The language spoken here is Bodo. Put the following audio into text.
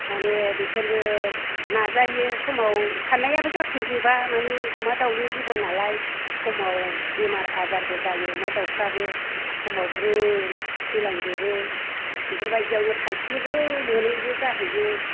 माने बिसोरबो नाजायो समाव साननायाबो जाफुंजोबा माने अमा दाउनि जिबन नालाय समाव बेमार आजारबो जायो अमा दाउफोराबो समाव ब्रुन थैलांजोबो बेफोर बायदियावनो थाइसेबो मोनैबो जाहैयो